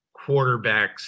quarterbacks